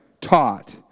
taught